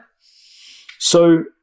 So-